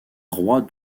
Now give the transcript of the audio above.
roi